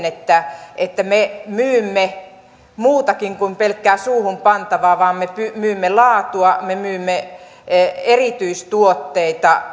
että että me myymme muutakin kuin pelkkää suuhunpantavaa me myymme laatua me myymme erityistuotteita